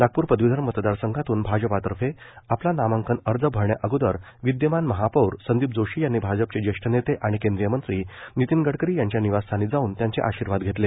नागपूर पदवीधर मतदार संघातून भाजपातर्फे आपला नामांकन अर्ज भरण्याअगोदर विदयमान महापौर संदीप जोशी यांनी भाजपचे जेष्ठ नेते आणि केंद्रीय मंत्री नितिन गडकरी यांच्या निवासस्थानी जाऊन त्यांचे आशीर्वाद घेतले